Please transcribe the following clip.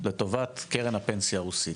לטובת קרן הפנסיה הרוסית,